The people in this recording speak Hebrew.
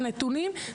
והנתונים.